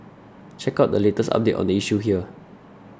check out the latest update on the issue here